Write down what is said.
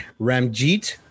Ramjeet